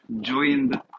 joined